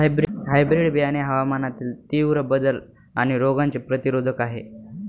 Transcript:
hybrid बियाणे हवामानातील तीव्र बदल आणि रोगांचे प्रतिरोधक आहे